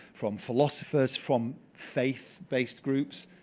from philosophers, from faith-based groups,